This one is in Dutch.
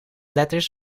letters